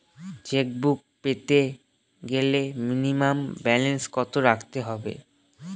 Chequebook পেতে গেলে minimum balance কত রাখতে হবে?